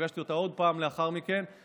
פגשתי אותה עוד פעם לאחר מכן.